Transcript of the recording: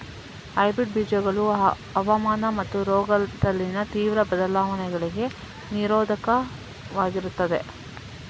hybrid ಬೀಜಗಳು ಹವಾಮಾನ ಮತ್ತು ರೋಗದಲ್ಲಿನ ತೀವ್ರ ಬದಲಾವಣೆಗಳಿಗೆ ನಿರೋಧಕವಾಗಿರ್ತದೆ